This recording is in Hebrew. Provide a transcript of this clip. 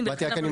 רשאי לקבוע".